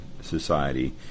Society